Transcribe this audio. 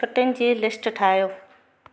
छुटियुनि जी लिस्ट ठाहियो